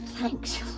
Thanks